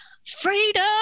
freedom